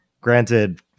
Granted